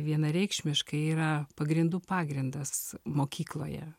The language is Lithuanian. vienareikšmiškai yra pagrindų pagrindas mokykloje